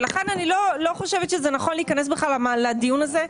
ולכן, אני לא חושבת שזה נכון להיכנס לדיון הזה.